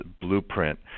blueprint